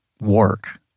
work